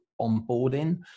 onboarding